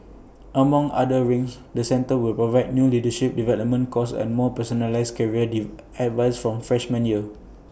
among other things the centre will provide new leadership development courses and more personalised career advice from freshman year